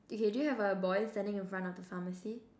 okay do you have a boy standing in front of the pharmacy